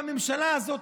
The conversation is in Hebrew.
והממשלה הזאת,